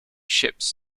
ships